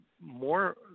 more